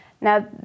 Now